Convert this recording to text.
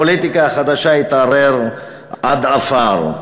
הפוליטיקה החדשה, התערער עד עפר.